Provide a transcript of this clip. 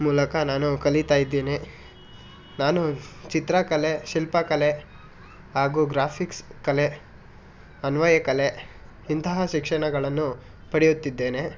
ಮೂಲಕ ನಾನು ಕಲಿತಾ ಇದ್ದೇನೆ ನಾನು ಚಿತ್ರಕಲೆ ಶಿಲ್ಪಕಲೆ ಹಾಗೂ ಗ್ರಾಫಿಕ್ಸ್ ಕಲೆ ಅನ್ವಯ ಕಲೆ ಇಂತಹ ಶಿಕ್ಷಣಗಳನ್ನು ಪಡೆಯುತ್ತಿದ್ದೇನೆ